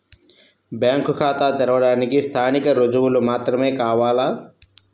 Bank ఖాతా తెరవడానికి స్థానిక రుజువులు మాత్రమే కావాలా?